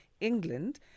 England